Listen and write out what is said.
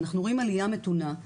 אנחנו רואים עלייה מתונה,